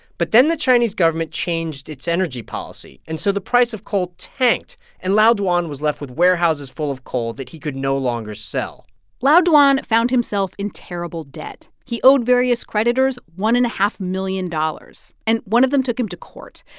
but then the chinese government changed its energy policy, and so the price of coal tanked and lao dwan was left with warehouses full of coal that he could no longer sell lao dwan found himself in terrible debt. he owed various creditors one and point five million dollars. and one of them took him to court.